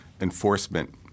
enforcement